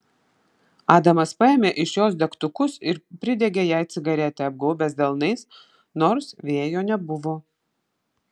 adamas paėmė iš jos degtukus ir pridegė jai cigaretę apgaubęs delnais nors vėjo nebuvo